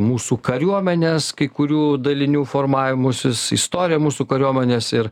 mūsų kariuomenės kai kurių dalinių formavimusis istoriją mūsų kariuomenės ir